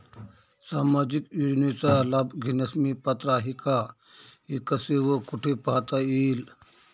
सामाजिक योजनेचा लाभ घेण्यास मी पात्र आहे का हे कसे व कुठे पाहता येईल?